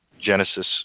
Genesis